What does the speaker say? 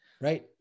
right